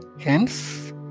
Hence